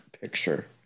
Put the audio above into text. picture